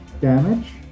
damage